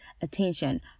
attention